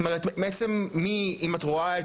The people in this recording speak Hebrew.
זאת אומרת מעצם אם את רואה,